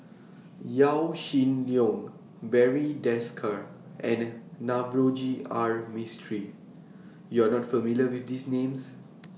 Yaw Shin Leong Barry Desker and Navroji R Mistri YOU Are not familiar with These Names